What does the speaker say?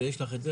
ויש לך את זה.